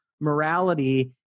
morality